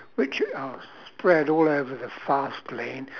which oh spread all over the fast lane